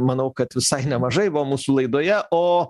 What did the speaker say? manau kad visai nemažai buvo mūsų laidoje o